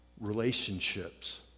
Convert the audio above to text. relationships